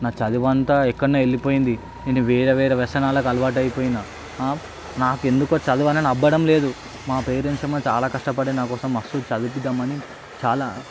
నా చదువంతా ఎక్కడనో వెళ్లిపోయింది నేను వేరే వేరే వ్యసనాలకు అలవాటైపోయినా ఆ నాకెందుకో చదువనేది అబ్బడం లేదు మా పేరెంట్స్ ఏమో చాలా కష్టపడి నాకోసం మస్తు చదివిపిద్దామని చాలా